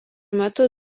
metu